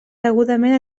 degudament